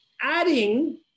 adding